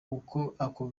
ako